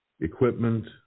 equipment